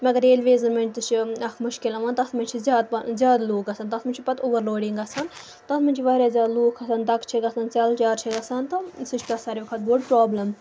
مگر ریلویزَن منٛز تہِ چھِ اَکھ مُشکل یِوان تَتھ منٛز چھِ زیادٕ پَہَن زیادٕ لوٗکھ گژھان تَتھ منٛز چھِ پَتہٕ اوٚوَر لوڈِنٛگ گژھان تَتھ منٛز چھِ واریاہ زیادٕ لوٗکھ آسان دَکہٕ چھِ گژھان ژٮ۪ل چار چھِ گژھان تہٕ سُہ چھِ تَتھ ساروی کھۄتہٕ بوٚڑ پرٛابلم